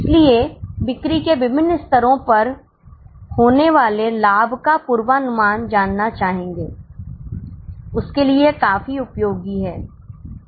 इसलिए हम बिक्री के विभिन्न स्तरों पर होने वाले लाभ का पूर्वानुमान जानना चाहेंगे उसके लिए यह काफी उपयोगी है